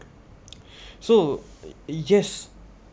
so yes